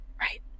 right